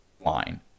line